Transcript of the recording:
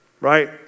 right